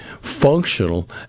functional